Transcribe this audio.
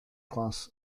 class